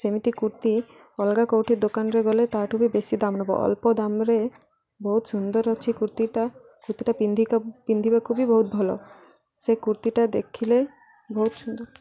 ସେମିତି କୁର୍ତ୍ତୀ ଅଲଗା କେଉଁଠି ଦୋକାନରେ ଗଲେ ତା'ଠୁ ବି ବେଶୀ ଦାମ ନବ ଅଳ୍ପ ଦାମ୍ରେ ବହୁତ ସୁନ୍ଦର ଅଛି କୁର୍ତ୍ତୀଟା କୁର୍ତ୍ତୀଟା ପିନ୍ଧିବାକୁ ବି ବହୁତ ଭଲ ସେ କୁର୍ତ୍ତୀଟା ଦେଖିଲେ ବହୁତ ସୁନ୍ଦର